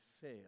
fail